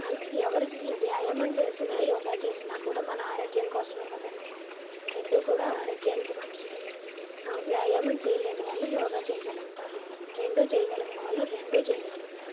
ఎవరు చే వ్యాయామం చేసినా యోగా చేసినా కూడా మన ఆరోగ్యం కోసమే కదండీ రెండూ కూడా ఆరోగ్యానికి మంచివే వ్యాయామం చేయలేనివాళ్ళు యోగా చేయగలుగుతారు రెండూ చేయగలిగిన వాళ్ళు రెండూ చేయగలుగుతారు